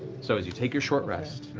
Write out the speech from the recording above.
so as you take your short rest,